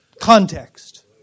context